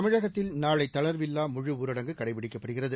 தமிழகத்தில் நாளை தளர்வில்லா முழுஊரடங்கு கடைபிடிக்கப்படுகிறது